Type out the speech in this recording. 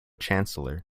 chancellor